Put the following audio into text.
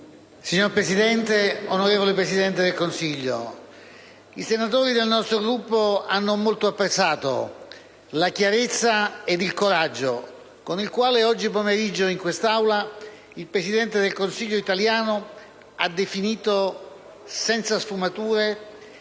Signor Presidente, onorevole Presidente del Consiglio, i senatori del nostro Gruppo hanno molto apprezzato la chiarezza ed il coraggio con il quale oggi pomeriggio in quest'Aula il Presidente del Consiglio italiano ha definito, senza sfumature,